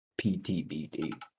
PTBD